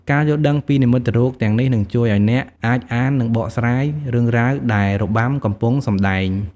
ការយល់ដឹងពីនិមិត្តរូបទាំងនេះ នឹងជួយឱ្យអ្នកអាច អាន និងបកស្រាយរឿងរ៉ាវដែលរបាំកំពុងសំដែង។